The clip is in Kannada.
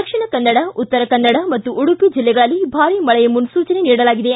ದಕ್ಷಿಣ ಕನ್ನಡ ಉತ್ತರ ಕನ್ನಡ ಮತ್ತು ಉಡುಪಿ ಜಿಲ್ಲೆಗಳಲ್ಲಿ ಭಾರೀ ಮಳೆ ಮುನ್ನೂಚನೆ ನೀಡಲಾಗಿದೆ